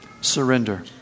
Surrender